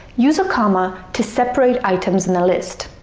use a comma to separate items in a list,